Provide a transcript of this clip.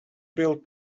built